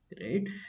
right